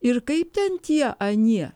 ir kaip ten tie anie